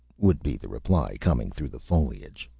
would be the reply, coming through the foliage.